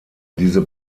diese